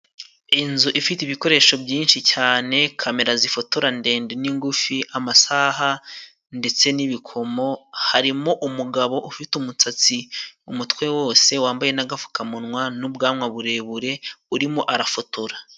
Inzu ifite ibikoresho byinshi cyane, kamera zifotora ndende n'ingufi, amasaha ndetse n'ibikomo, harimo umugabo ufite umutsatsi umutwe wose, wambaye n'agapfukamunwa, n'ubwanwa burebure, urimo arafotora.